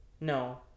no